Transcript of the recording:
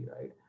right